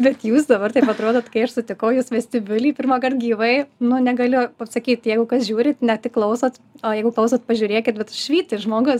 bet jūs dabar taip atrodot kai aš sutikau jus vestibiuly pirmąkart gyvai nu negaliu pasakyti jeigu kas žiūrit ne tik klausot o jeigu klausot pažiūrėkit vat švyti žmogus